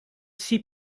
six